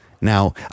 now